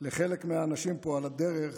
לחלק מהאנשים פה על הדרך